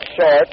short